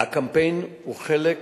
הקמפיין הוא חלק,